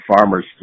farmers